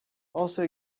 also